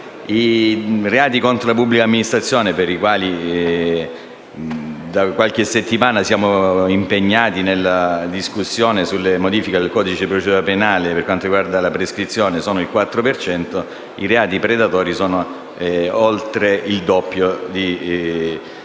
i reati contro la pubblica amministrazione, per i quali da qualche settimana siamo impegnati nella discussione sulle modifiche al codice di procedura penale per quanto riguarda la prescrizione, rappresentano il 4 per cento del totale, mentre i reati predatori